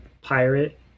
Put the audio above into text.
pirate